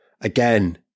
again